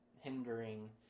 hindering